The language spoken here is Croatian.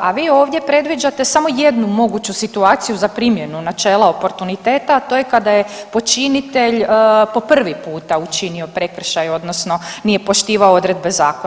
a vi ovdje predviđate samo jednu moguću situaciju za primjenu načela oportuniteta, a to je kada je počinitelj po prvi puta učinio prekršaj odnosno nije poštivao odredbe zakona.